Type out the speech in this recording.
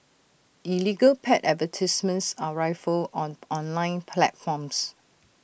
illegal pet advertisements are rife on online platforms